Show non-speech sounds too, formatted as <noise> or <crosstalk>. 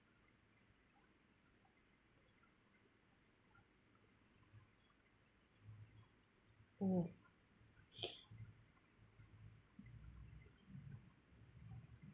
oh <breath>